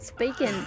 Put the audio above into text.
Speaking